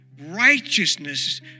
righteousness